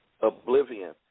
oblivion